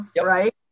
right